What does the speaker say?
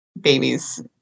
babies